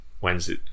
Wednesday